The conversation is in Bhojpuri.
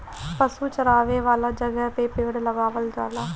पशु चरावे वाला जगहे पे पेड़ लगावल जाला